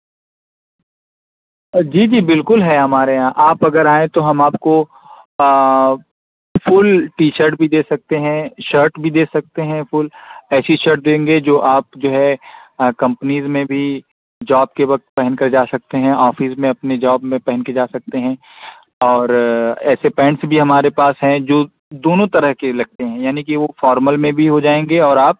جی جی بالکل ہے ہمارے یہاں آپ اگر آئیں تو ہم آپ کو فل ٹی شرٹ بھی دے سکتے ہیں شرٹ بھی دے سکتے ہیں فل ایسیی شرٹ دیں گے جو آپ جو ہے کمپنیز میں بھی جاب کے وقت پہن کر جا سکتے ہیں آفس میں اپنے جاب میں پہن کے جا سکتے ہیں اور ایسے پینٹس بھی ہمارے پاس ہیں جو دونوں طرح کے لگتے ہیں یعنی کہ وہ فارمل میں بھی ہو جائیں گے اور آپ